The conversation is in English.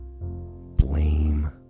blame